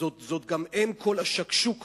זאת גם אם כל השקשוקות,